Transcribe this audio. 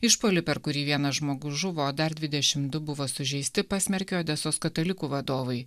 išpuolį per kurį vienas žmogus žuvo dar dvidešim du buvo sužeisti pasmerkė odesos katalikų vadovai